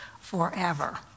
forever